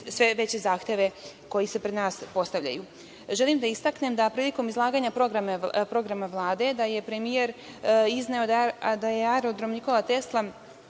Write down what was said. sve veće zahteve koji se pred nas postavljaju. Želim da istaknem da je prilikom izlaganja programa Vlade premijer izneo da je Aerodrom „Nikola Tesla“